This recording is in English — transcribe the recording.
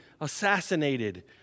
assassinated